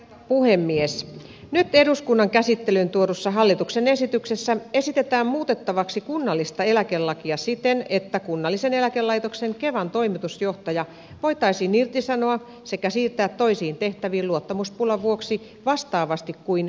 nyt eduskunnan käsittelyyn tuodussa hallituksen esityksessä esitetään muutettavaksi kunnallista eläkelakia siten että kunnallisen eläkelaitoksen kevan toimitusjohtaja voitaisiin irtisanoa sekä siirtää toisiin tehtäviin luottamuspulan vuoksi vastaavasti kuin kunnanjohtaja